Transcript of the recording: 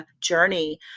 journey